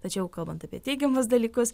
tačiau kalbant apie teigiamus dalykus